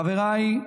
חבריי,